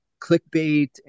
clickbait